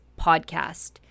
PODCAST